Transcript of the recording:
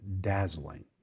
dazzling